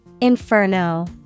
Inferno